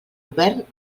govern